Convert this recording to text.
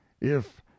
If